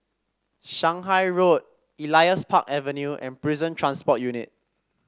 Shanghai Road Elias Park Avenue and Prison Transport Unit